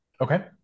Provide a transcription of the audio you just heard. Okay